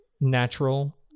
natural